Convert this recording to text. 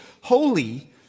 holy